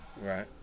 Right